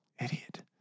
Idiot